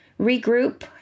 regroup